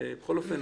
בכל אופן,